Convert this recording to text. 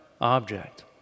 object